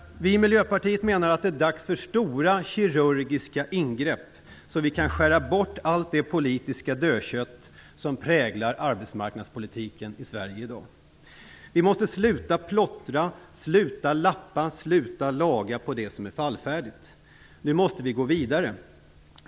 Vi i Miljöpartiet menar att det är dags för stora kirurgiska ingrepp så att vi kan skära bort allt det politiska dödkött som präglar arbetsmarknadspolitiken i Sverige i dag. Vi måste sluta plottra, sluta lappa, sluta laga på det som är fallfärdigt. Nu måste vi gå vidare.